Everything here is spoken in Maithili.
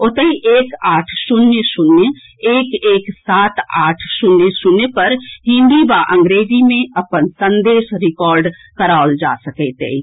ओतहि एक आठ शून्य शून्य एक एक सात आठ शून्य शून्य पर हिन्दी या अंग्रेजी मे अपन संदेश रिकॉर्ड कराओल जा सकैत अछि